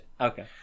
okay